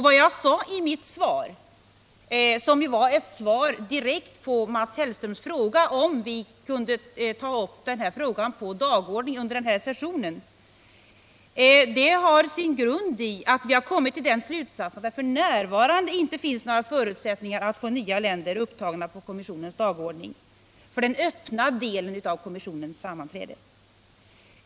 Vad jag sade i mitt svar, där jag direkt tog upp Mats Hellströms fråga om vi kunde få med dessa ärenden på dagordningen under innevarande session, har sin grund i att vi dragit den slutsatsen att det f.n. inte finns några förutsättningar att få nya länder upptagna på kommissionens dagordning för den öppna delen av kommissionens överläggningar.